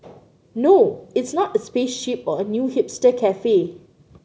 no it's not a spaceship or a new hipster cafe